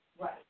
Right